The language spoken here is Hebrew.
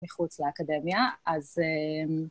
מחוץ לאקדמיה, אז אמ...